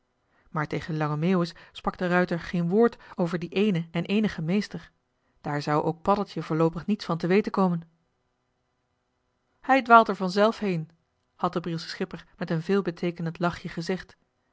maar tegen lange meeuwis sprak de ruijter geen woord over dien eenen en eenigen meester daar zou ook paddeltje voorloopig niets van te weten komen hij dwaalt er vanzelf heen had de brielsche schipper met een veelbeteekenend lachje gezegd